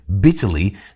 bitterly